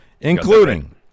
including